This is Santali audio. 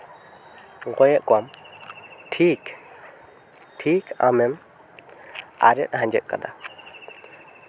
ᱜᱚᱡ ᱮᱫ ᱠᱚᱣᱟᱢ ᱴᱷᱤᱠ ᱴᱷᱤᱠ ᱟᱢᱮᱢ ᱟᱨᱮᱡ ᱟᱸᱡᱮᱫ ᱠᱮᱫᱟ